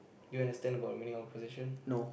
do you understand about meaning of possession